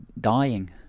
dying